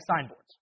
signboards